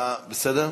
אתה, בסדר?